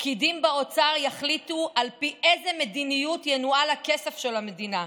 פקידים באוצר יחליטו על פי איזה מדיניות ינוהל הכסף של המדינה.